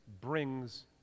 brings